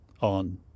on